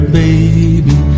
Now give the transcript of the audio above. baby